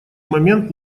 момент